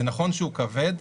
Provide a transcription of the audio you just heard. זה נכון שהוא כבד,